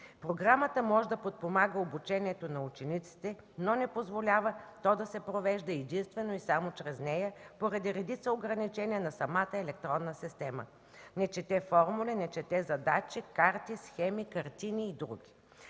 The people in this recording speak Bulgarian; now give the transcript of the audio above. Програмата може да подпомага обучението на учениците, но не позволява то да се провежда единствено и само чрез нея поради редица ограничения на самата електронна система – не чете формули, не чете задачи, карти, схеми, картини и други.